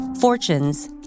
Fortunes